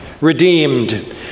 redeemed